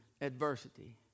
adversity